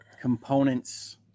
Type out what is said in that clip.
components